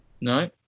No